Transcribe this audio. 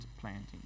planting